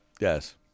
yes